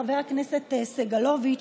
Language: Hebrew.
חבר הכנסת סגלוביץ',